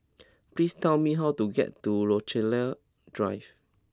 please tell me how to get to Rochalie Drive